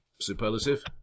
superlative